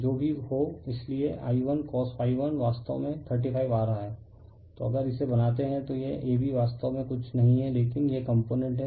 जो भी हो इसलिए I1cos1 वास्तव में 35 आ रहा है तो अगर इसे बनाते हैं तो यह AB वास्तव में कुछ नहीं है लेकिन यह कंपोनेंट है